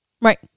Right